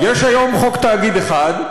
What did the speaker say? יש היום חוק תאגיד אחד,